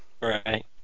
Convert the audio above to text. Right